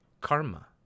karma